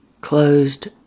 closed